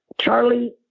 Charlie